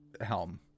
Helm